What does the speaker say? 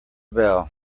bell